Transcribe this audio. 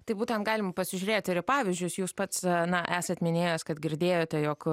tai būtent galim pasižiūrėt ir į pavyzdžius jūs pats na esat minėjęs kad girdėjote jog